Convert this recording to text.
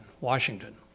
Washington